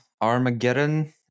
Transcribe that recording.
Armageddon